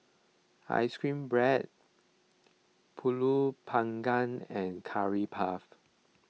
Ice Cream Bread Pulut Panggang and Curry Puff